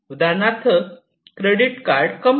उदाहरणार्थ credit card company